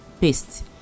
paste